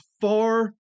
far